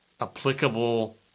applicable